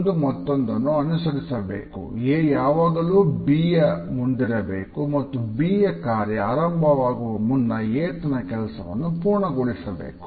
ಒಂದು ಮತ್ತೊಂದನ್ನು ಅನುಸರಿಸಬೇಕು A ಯಾವಾಗಲೂ B ಯ ಮುಂದಿರಬೇಕು ಮತ್ತು B ಯ ಕಾರ್ಯ ಆರಂಭವಾಗುವ ಮುನ್ನ A ತನ್ನ ಕೆಲಸವನ್ನು ಪೂರ್ಣಗೊಳಿಸಬೇಕು